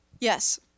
Yes